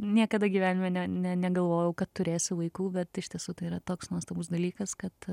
niekada gyvenime ne ne negalvojau kad turėsiu vaikų bet iš tiesų tai yra toks nuostabus dalykas kad